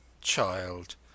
Child